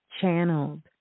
channeled